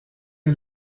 est